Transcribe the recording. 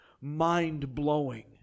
mind-blowing